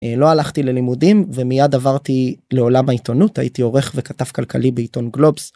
לא הלכתי ללימודים ומיד עברתי לעולם העיתונות הייתי עורך וכתב כלכלי בעיתון גלובס.